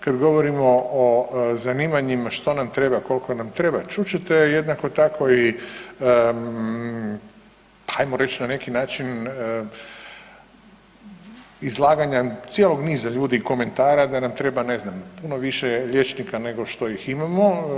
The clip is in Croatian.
Kad govorimo o zanimanjima što nam treba, kolko nam treba, čut ćete jednako tako i ajmo reć na neki način izlaganja cijelog niza ljudi i komentara da nam treba ne znam puno više liječnika nego što ih imamo.